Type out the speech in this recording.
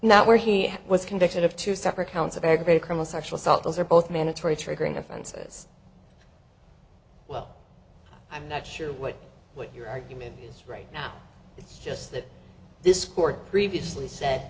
not where he was convicted of two separate counts of aggravated chromos actual salt those are both mandatory triggering offenses well i'm not sure what what your argument is right now it's just that this court previously said